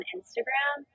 Instagram